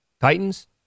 Titans